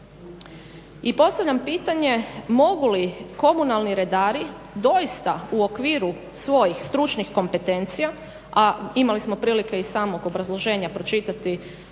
I postavljam pitanje mogu li komunalni redari doista u okviru svojih stručnih kompetencija, a imali smo prilike iz samog obrazloženja pročitati da većina